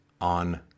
on